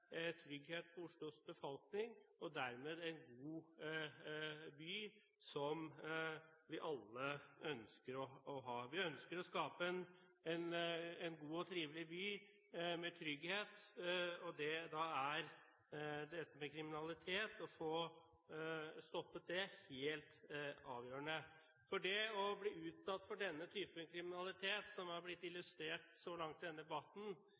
trygghet for Oslos befolkning, og dermed få en god by, som vi alle ønsker å ha. Vi ønsker å skape en god og trivelig by med trygghet, og da er dette med å få stoppet kriminalitet helt avgjørende. For det å bli utsatt for denne typen kriminalitet, som har blitt illustrert så langt i denne debatten,